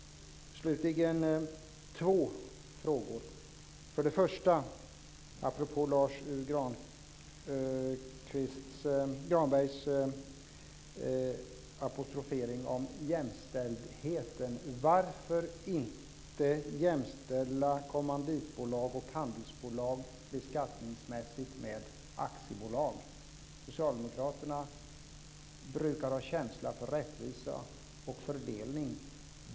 Slutligen har jag två frågor. För det första, apropå Varför inte jämställa kommanditbolag och handelsbolag beskattningsmässigt med aktiebolag? Socialdemokraterna brukar ha känsla för rättvisa och fördelning.